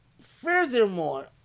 furthermore